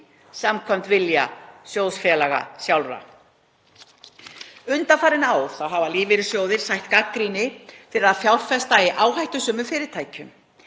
ekki vilja sjóðfélaga sjálfra. Undanfarin ár hafa lífeyrissjóðir sætt gagnrýni fyrir að fjárfesta í áhættusömum fyrirtækjum,